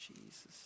Jesus